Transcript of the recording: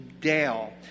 dale